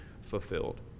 fulfilled